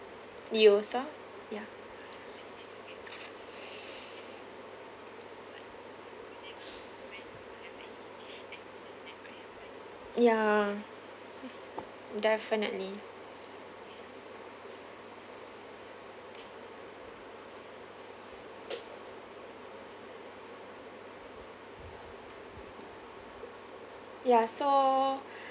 you yourself ya ya definitely ya so